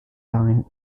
lion